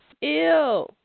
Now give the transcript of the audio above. Ew